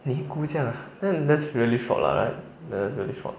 尼姑这样 ah then that's really short lah right that's really short